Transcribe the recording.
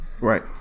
right